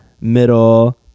middle